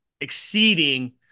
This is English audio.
Exceeding